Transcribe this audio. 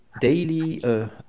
daily